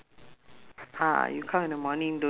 can bring my family okay